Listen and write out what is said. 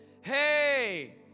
Hey